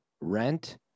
Rent